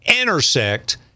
intersect